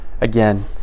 Again